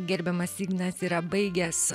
gerbiamas ignas yra baigęs